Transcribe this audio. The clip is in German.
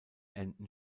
enden